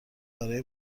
برای